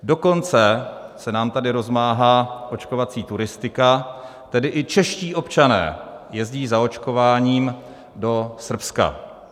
Dokonce se nám tady rozmáhá očkovací turistika, tedy i čeští občané jezdí za očkováním do Srbska.